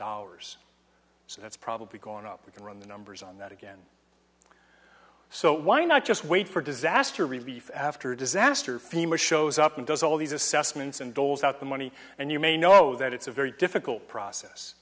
dollars so that's probably gone up we can run the numbers on that again so why not just wait for disaster relief after disaster fema shows up and does all these assessments and doles out the money and you may know that it's a very difficult process